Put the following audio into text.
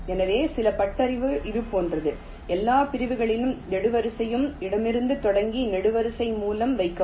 எனவே சில பட்டறிவு இது போன்றது எல்லா பிரிவுகளின் நெடுவரிசையையும் இடமிருந்து தொடங்கி நெடுவரிசை மூலம் வைக்கவும்